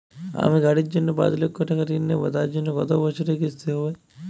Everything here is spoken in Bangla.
আমি গাড়ির জন্য পাঁচ লক্ষ টাকা ঋণ নেবো তার জন্য কতো বছরের কিস্তি হবে?